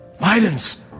Violence